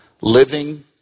living